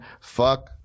fuck